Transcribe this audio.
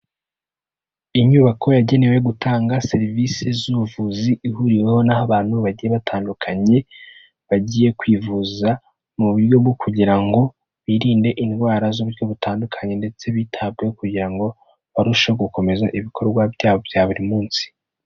Inyubako yagenewe gutanga serivisi z'ubuvuzi, ihuriweho n'abantu bagiye batandukanye, bagiye kwivuza mu buryo bwo kugira ngo birinde indwara z'uburyo butandukanye ndetse bitabweho kugira ngo barusheho gukomeza ibikorwa byabo bya buri munsi.